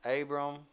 Abram